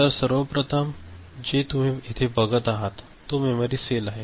तर सर्वप्रथम जे तुम्ही येथे बघत आहेत तो मेमरीचा सेल आहे